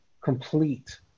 complete